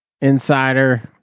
insider